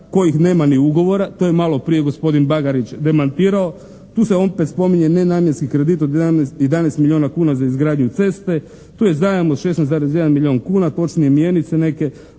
kojih nema ni ugovora. To je maloprije gospodin Bagarić demantirao. Tu se opet spominje nenamjenski kredit od 11 milijuna kuna za izgradnju ceste, tu je zajam od 16,1 milijun kuna, točnije mjenice neke